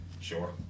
Sure